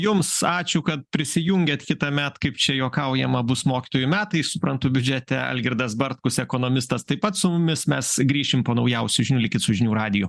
jums ačiū kad prisijungėt kitąmet kaip čia juokaujama bus mokytojų metai suprantu biudžete algirdas bartkus ekonomistas taip pat su mumis mes grįšim po naujausių žinių likit su žinių radiju